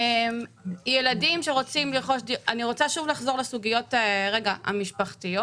אני רוצה לחזור שוב לסוגיות המשפחתיות.